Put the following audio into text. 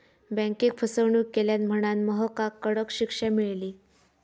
बँकेक फसवणूक केल्यान म्हणांन महकाक कडक शिक्षा मेळली